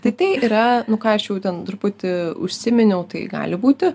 tai tai yra nu ką aš jau ten truputį užsiminiau tai gali būti